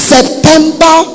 September